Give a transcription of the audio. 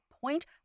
point